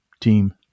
team